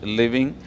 living